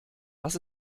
was